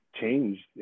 changed